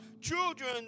children